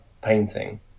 painting